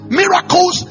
miracles